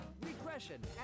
regression